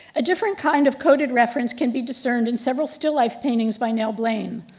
a different kind of coded reference can be discerned in several still life paintings by nell blaine.